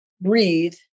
breathe